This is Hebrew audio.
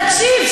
תקשיב,